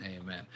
Amen